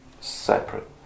separate